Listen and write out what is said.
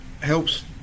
helps